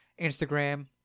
Instagram